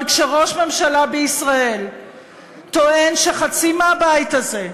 אבל כשראש ממשלה בישראל טוען שחצי מהבית הזה,